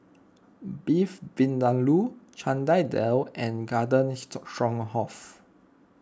Beef Vindaloo Chana Dal and Garden Stroganoff